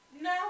No